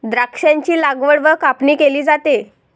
द्राक्षांची लागवड व कापणी केली जाते